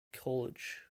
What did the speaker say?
college